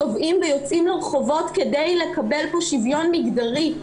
צובאים ויוצאים לרחובות כדי לקבל פה שוויון מגדרי,